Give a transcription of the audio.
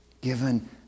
given